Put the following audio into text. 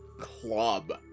club